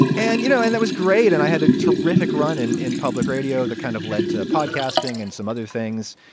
and, you know, and that was great. and i had a terrific run in in public radio that kind of led to a podcasting and some other things.